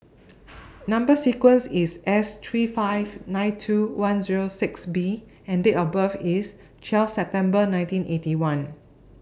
Number sequence IS S three five nine two one Zero six B and Date of birth IS twelve September nineteen Eighty One